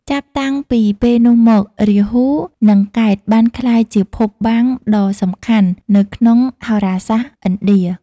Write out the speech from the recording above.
ចាប់តាំងពីពេលនោះមក រាហូ និងកេតុបានក្លាយជាភពបាំងដ៏សំខាន់នៅក្នុងហោរាសាស្ត្រឥណ្ឌា។